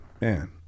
Man